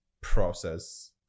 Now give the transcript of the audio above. process